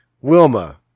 Wilma